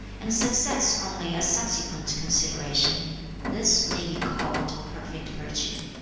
and success only a subsequent consideration this may be called perfect virtue